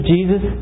Jesus